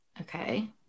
Okay